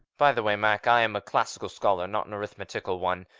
by the way, mac, i am a classical scholar, not an arithmetical one.